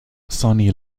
sonny